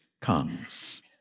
comes